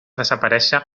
desaparèixer